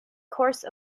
course